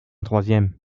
troisième